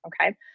okay